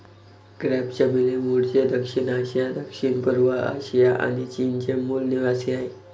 crepe चमेली मूळचे दक्षिण आशिया, दक्षिणपूर्व आशिया आणि चीनचे मूल निवासीआहे